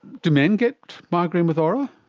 do men get migraine with aura?